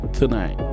tonight